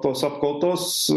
tos apkaltos